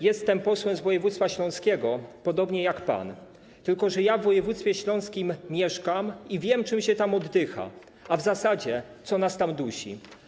Jestem posłem z województwa śląskiego, podobnie jak pan, tylko że ja w województwie śląskim mieszkam i wiem, czym się tam oddycha, a w zasadzie - co nas tam dusi.